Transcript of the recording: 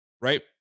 right